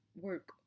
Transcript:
work